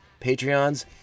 Patreons